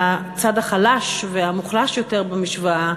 והצד החלש והמוחלש יותר במשוואה